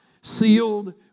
sealed